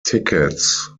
tickets